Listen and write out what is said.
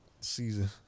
season